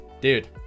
Dude